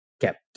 kept